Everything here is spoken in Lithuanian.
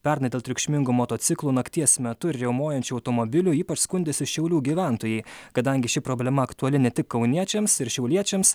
pernai dėl triukšmingų motociklų nakties metu ir riaumojančių automobilių ypač skundėsi šiaulių gyventojai kadangi ši problema aktuali ne tik kauniečiams ir šiauliečiams